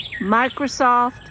Microsoft